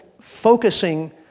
focusing